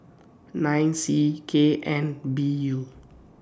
nine C K N B U